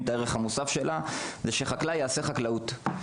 את הערך המוסף שלה והיא שחקלאי יעסוק בחקלאות.